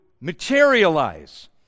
materialize